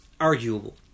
Arguable